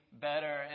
better